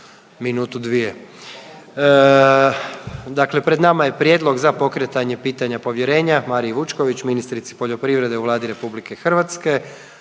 minutu, dvije. Dakle, pred nama je: - Prijedlog za pokretanje pitanja povjerenja Mariji Vučković, Ministrici poljoprivrede u Vladi Republike Hrvatske